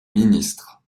ministre